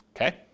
okay